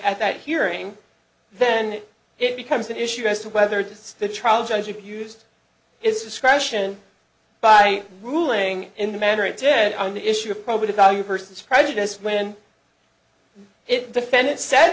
at that hearing then it becomes an issue as to whether to stay trial judge abused its discretion by ruling in the manner it did on the issue of probative value versus prejudice when it defendant said